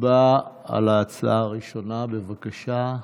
הצבעה על ההצעה הראשונה, בבקשה.